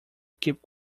keep